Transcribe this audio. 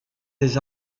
des